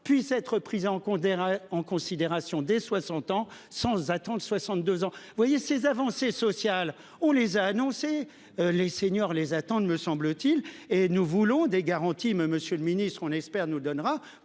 prise en compte, en considération des 60 ans sans attendre 62 ans. Vous voyez ces avancées sociales. On les a annoncé les seniors les attendent, me semble-t-il et nous voulons des garanties me Monsieur le ministre. On espère nous donnera